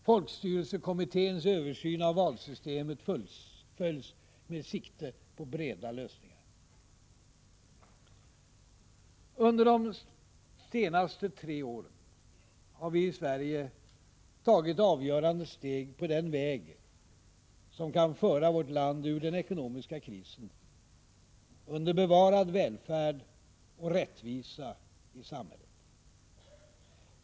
Folkstyrelsekommitténs översyn av valsystemet fullföljs med sikte på breda lösningar. Under de senaste tre åren har vi i Sverige tagit avgörande steg på den väg som kan föra vårt land ur den ekonomiska krisen under bevarad välfärd och rättvisa i samhället.